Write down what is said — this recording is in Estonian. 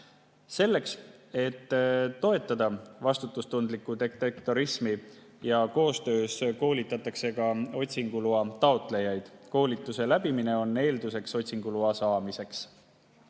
Selleks et toetada vastutustundlikku detektorismi ja koostööd, koolitatakse otsinguloa taotlejaid. Koolituse läbimine on otsinguloa saamise